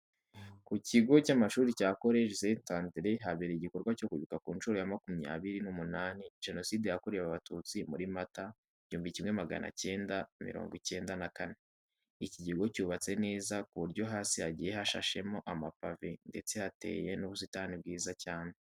Ku kigo cy'amashuri cya Collège Saint André habereye igikorwa cyo kwibuka ku nshuro ya makumyabiri n'umunani Jenoside yakorewe Abatutsi muri Mata, igihumbi kimwe magana icyenda mirongo icyenda na kane. Iki kigo cyubatse neza ku buryo hasi hagiye hashashemo amapave ndetse hateyemo n'ubusitani bwiza cyane.